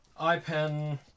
iPen